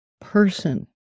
person